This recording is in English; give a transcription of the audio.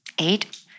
Eight